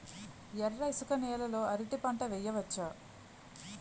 ఎర్ర ఇసుక నేల లో అరటి పంట వెయ్యచ్చా?